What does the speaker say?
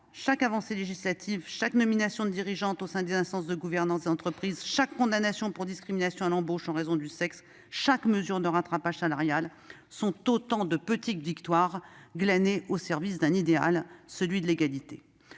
Chaque avancée législative, chaque nomination de dirigeantes au sein des instances de gouvernance des entreprises, chaque condamnation pour discrimination à l'embauche en raison du sexe, chaque mesure de rattrapage salarial est une petite victoire de plus glanée au service d'un idéal, celui de l'égalité.